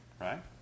right